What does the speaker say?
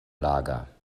lager